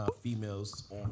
females